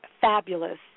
fabulous